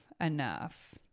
enough